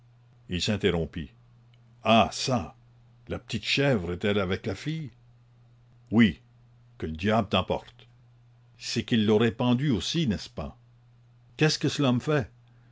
il s'interrompit ah çà la petite chèvre est-elle avec la fille oui que le diable t'emporte c'est qu'ils l'auraient pendue aussi n'est-ce pas qu'est-ce que cela me fait